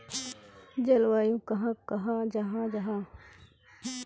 जलवायु कहाक कहाँ जाहा जाहा?